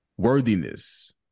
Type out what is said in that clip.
worthiness